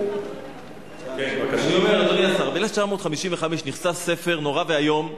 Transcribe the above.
אני אומר, אדוני השר, ב-1955 נכתב ספר נורא ואיום,